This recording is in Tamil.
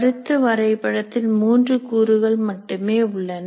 கருத்து வரைபடத்தில் மூன்று கூறுகள் மட்டுமே உள்ளன